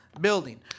building